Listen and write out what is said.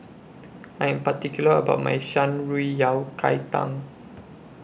I Am particular about My Shan Rui Yao Cai Tang